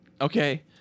okay